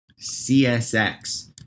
CSX